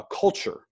Culture